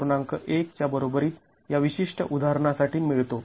१ च्या बरोबरीत या विशिष्ट उदाहरणासाठी मिळतो